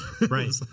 right